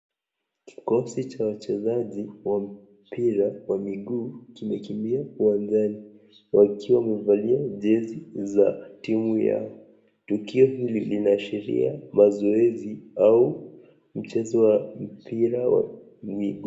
Kikosi cha wachezaji wa mpira wa miguu kimekimbia uwanjani wakiwa wamevalia jezi za timu yao, tukio hili linaashilia mazoezi au mchezo wa mpira wa miguu.